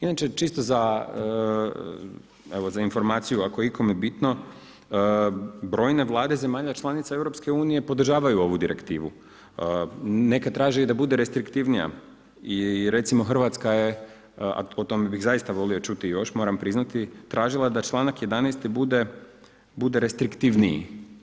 Inače čisto za informaciju ako je ikome bitno, brojne vlade zemalja članica EU podržavaju ovu direktivu, neke traže da bude i restriktivnija i recimo Hrvatska je o tome bih zaista volio čuti još moram priznati, tražila da članak 11. bude restriktivniji.